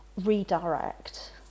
redirect